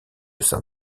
saint